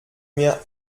mir